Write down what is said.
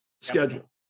schedule